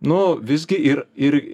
nu visgi ir ir